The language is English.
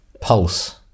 pulse